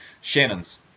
Shannon's